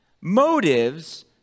Motives